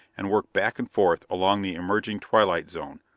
and work back and forth along the emerging twilight zone,